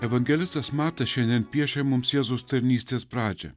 evangelistas matas šiandien piešia mums jėzus tarnystės pradžią